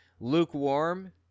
lukewarm